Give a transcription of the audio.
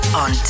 on